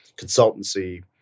consultancy